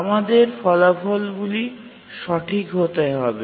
আমাদের ফলাফলগুলি সঠিক হতে হবে